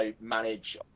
manage